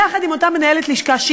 יחד עם אותה מנהלת לשכה,